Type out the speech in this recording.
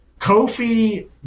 kofi